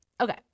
Okay